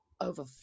over